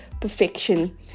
perfection